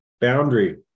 Boundary